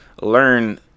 learn